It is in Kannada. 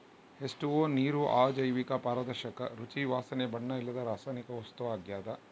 ಹೆಚ್.ಟು.ಓ ನೀರು ಅಜೈವಿಕ ಪಾರದರ್ಶಕ ರುಚಿ ವಾಸನೆ ಬಣ್ಣ ಇಲ್ಲದ ರಾಸಾಯನಿಕ ವಸ್ತು ಆಗ್ಯದ